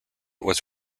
was